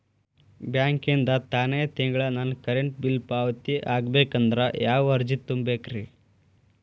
ಬ್ಯಾಂಕಿಂದ ತಾನ ತಿಂಗಳಾ ನನ್ನ ಕರೆಂಟ್ ಬಿಲ್ ಪಾವತಿ ಆಗ್ಬೇಕಂದ್ರ ಯಾವ ಅರ್ಜಿ ತುಂಬೇಕ್ರಿ?